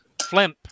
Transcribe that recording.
Flimp